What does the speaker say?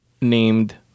named